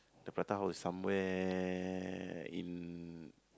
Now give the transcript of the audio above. the prata house is somewhere in